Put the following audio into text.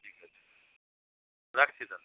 ঠিক আছে রাখছি তাহলে